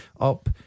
Up